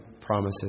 promises